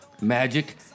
Magic